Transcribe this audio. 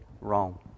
wrong